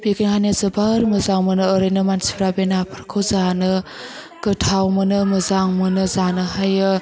बेदिखायनो जोबोर मोजां मोनो ओरैनो मानसिफ्रा बे नाफोरखौ जानो गोथाव मोनो मोजां मोनो जानो हायो